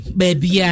baby